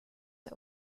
der